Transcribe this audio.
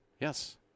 yes